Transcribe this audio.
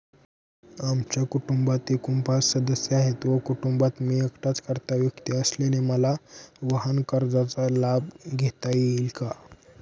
आमच्या कुटुंबात एकूण पाच सदस्य आहेत व कुटुंबात मी एकटाच कर्ता व्यक्ती असल्याने मला वाहनकर्जाचा लाभ घेता येईल का?